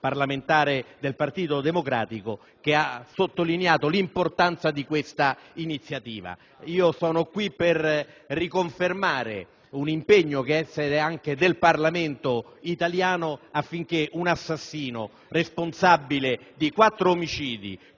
parlamentare del Partito Democratico, che ha sottolineato l'importanza di questa iniziativa. Sono qui per riconfermare l'essere un impegno anche del Parlamento italiano far sì che un assassino, responsabile di quattro omicidi